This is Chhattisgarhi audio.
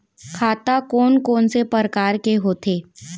खाता कोन कोन से परकार के होथे?